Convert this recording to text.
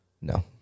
No